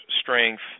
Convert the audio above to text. strength